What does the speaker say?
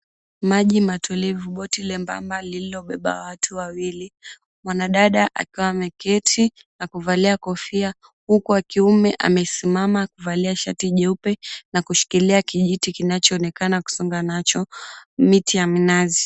Maji matulivu, boti lembamba lilobeba watu wawili, mwanadada akiwa ameketi na kuvalia kofia. Huku wa kiume amesimama akivalia shati jeupe na kushikilia kijiti kinachoonekana kusonga nacho, miti ya minazi.